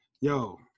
yo